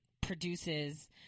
produces